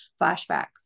flashbacks